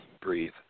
breathe